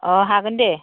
अ हागोन दे